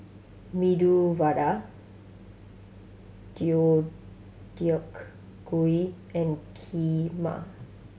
Medu Vada Deodeok Gui and Kheema